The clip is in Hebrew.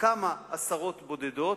עשרות בודדות,